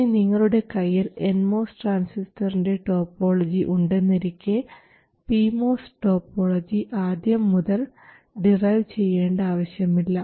ഇനി നിങ്ങളുടെ കയ്യിൽ എൻ മോസ് ട്രാൻസിസ്റ്ററിൻറെ ടോപ്പോളജി ഉണ്ടെന്നിരിക്കെ പി മോസ് ടോപ്പോളജി ആദ്യം മുതൽ ഡിറൈവ് ചെയ്യേണ്ട ആവശ്യമില്ല